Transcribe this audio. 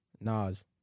Nas